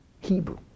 Hebrew